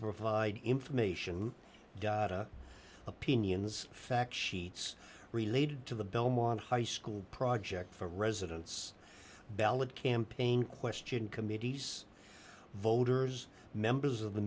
provide information data opinions fact sheets related to the belmont high school project for residents ballot campaign question committees voters members of the